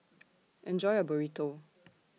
Enjoy your Burrito